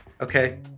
Okay